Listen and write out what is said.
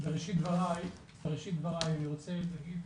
בראשית דבריי אני רוצה להגיד,